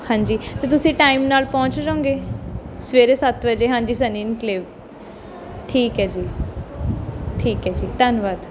ਹਾਂਜੀ ਤਾਂ ਤੁਸੀਂ ਟਾਈਮ ਨਾਲ ਪਹੁੰਚ ਜਾਵੋਂਗੇ ਸਵੇਰੇ ਸੱਤ ਵਜੇ ਹਾਂਜੀ ਸਨੀ ਇਨਕਲੇਵ ਠੀਕ ਹੈ ਜੀ ਠੀਕ ਹੈ ਜੀ ਧੰਨਵਾਦ